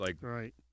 Right